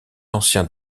ancien